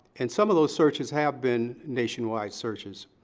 and some of those searches have been nationwide searches,